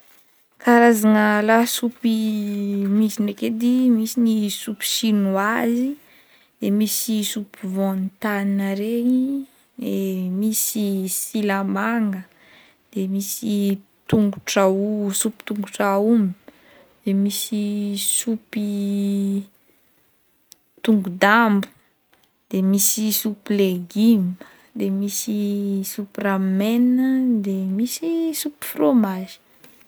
Karazanga lasopy misy ndraiky edy misy ny soupe chinoise, de misy van tan regny, de misy silamanga, de misy tongotra osy- sopy tongotra omby de misy sopy tongon-dambo, de misy sopy legima, de misy sopy ramen, de misy sopy fromazy.